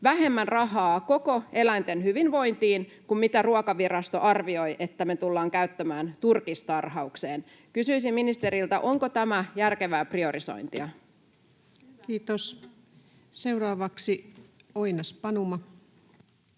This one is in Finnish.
vähemmän rahaa koko eläinten hyvinvointiin kuin mitä Ruokavirasto arvioi, että me tullaan käyttämään turkistarhaukseen. Kysyisin ministeriltä: onko tämä järkevää priorisointia? [Speech 239] Speaker: Ensimmäinen